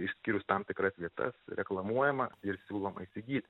išskyrus tam tikras vietas reklamuojama ir siūloma įsigyt